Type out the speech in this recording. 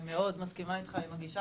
אני מאוד מסכימה איתך על הגישה